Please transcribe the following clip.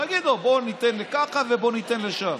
תגיד לו: בוא ניתן ככה ובוא ניתן לשם.